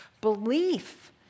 Belief